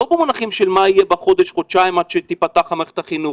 לא במונחים של מה יהיה בחודש-חודשיים עד שתיפתח מערכת החינוך.